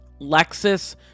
Lexus